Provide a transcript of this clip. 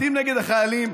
מסיתים נגד החיילים,